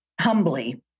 humbly